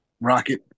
Rocket